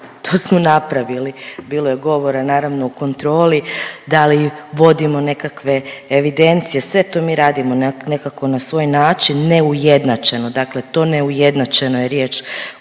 to smo napravili, bilo je govora naravno o kontroli, da li vodimo nekakve evidencije, sve to mi radimo nekako na svoj način neujednačeno, dakle to neujednačeno je riječ